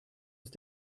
ist